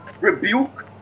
rebuke